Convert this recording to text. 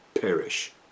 perish